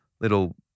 little